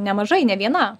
nemažai ne viena